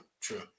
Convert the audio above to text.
true